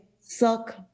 suck